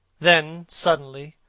then, suddenly,